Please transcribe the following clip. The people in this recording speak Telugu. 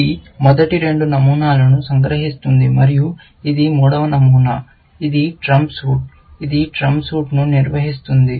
ఇది మొదటి రెండు నమూనాలను సంగ్రహిస్తుంది మరియు ఇది మూడవ నమూనా ఇది ట్రంప్ సూట్ ఇది ట్రంప్ సూట్ ను నిర్వచిస్తుంది